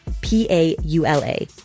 P-A-U-L-A